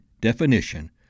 definition